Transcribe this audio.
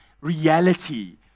reality